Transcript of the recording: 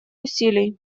усилий